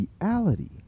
reality